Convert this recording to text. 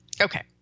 Okay